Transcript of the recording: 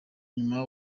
nyuma